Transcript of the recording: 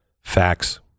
facts